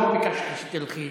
לא ביקשתי שתלכי,